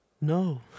No